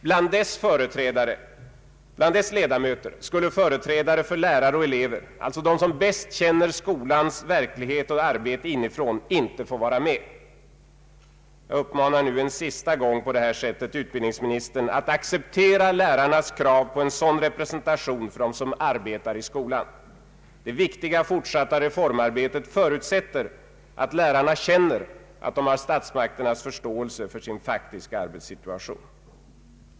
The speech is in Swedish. Bland dess ledamöter skulle företrädare för lärare och elever — alltså de som bäst känner skolans verklighet och arbete inifrån — inte få vara med. Jag uppmanar nu en sista gång på det här sättet utbildningsministern att acceptera lärarnas krav på en sådan representation för dem som arbetar i skolan. Det viktiga fortsatta reformarbetet förutsätter att lärarna känner att de har statsmakternas förståelse för sin faktiska arbetssituation.